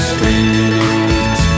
Street